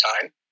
time